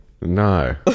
No